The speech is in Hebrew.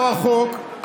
לא רחוק,